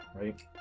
right